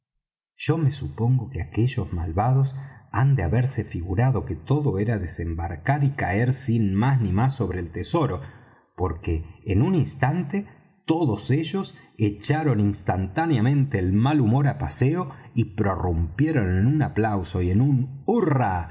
yo me supongo que aquellos malvados han de haberse figurado que todo era desembarcar y caer sin más ni más sobre el tesoro porque en un instante todos ellos echaron instantáneamente el mal humor á paseo y prorrumpieron en un aplauso y en un hurra